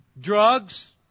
drugs